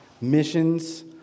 missions